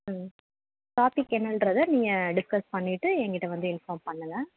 ம் டாபிக் என்னென்றதை நீங்கள் டிஸ்கஸ் பண்ணிவிட்டு என்கிட்ட வந்து இன்ஃபார்ம் பண்ணுங்க